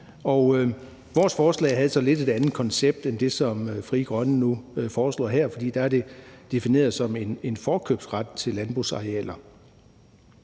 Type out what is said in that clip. Vores forslag havde så lidt et andet koncept end det, som Frie Grønne nu foreslår her, for der er det defineret som en forkøbsret til landbrugsarealer,